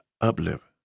uplift